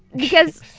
because,